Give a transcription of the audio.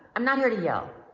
um not here to yell.